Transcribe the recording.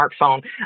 smartphone